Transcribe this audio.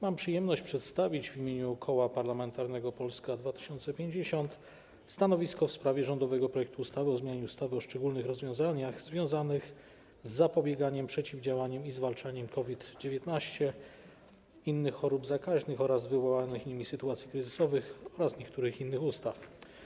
Mam przyjemność przedstawić w imieniu Koła Parlamentarnego Polska 2050 stanowisko w sprawie rządowego projektu ustawy o zmianie ustawy o szczególnych rozwiązaniach związanych z zapobieganiem, przeciwdziałaniem i zwalczaniem COVID-19, innych chorób zakaźnych oraz wywołanych nimi sytuacji kryzysowych oraz niektórych innych ustaw.